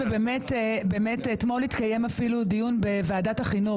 אתמול התקיים דיון בוועדת החינוך,